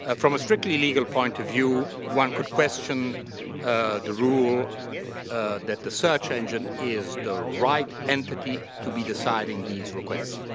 ah from a strictly legal point of view, one could question the rule that the search engine is the right entity to be deciding these requests.